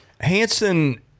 Hanson